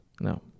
No